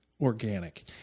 organic